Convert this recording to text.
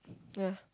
yeah